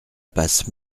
passe